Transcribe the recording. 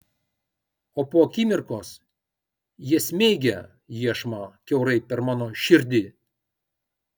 o po akimirkos jie smeigia iešmą kiaurai per mano širdį